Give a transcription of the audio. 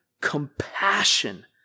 compassion